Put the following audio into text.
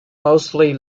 mostly